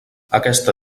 aquesta